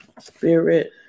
Spirit